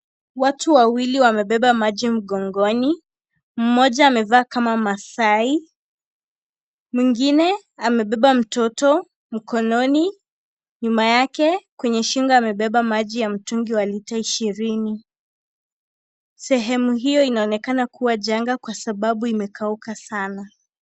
Watu wawili wamebeba maji mgongoni. Mmoja amevaa kama Masaai, mwingine amebeba mtoto mkononi. Nyuma yake kwenye shingo amebeba maji wa mtungi ya lita ishirini. Sehemu hiyo inaonekana kuwa jangwa kwa sababu imekauka sana.